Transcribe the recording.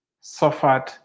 suffered